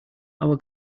our